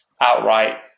outright